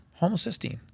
homocysteine